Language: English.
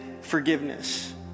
forgiveness